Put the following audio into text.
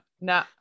no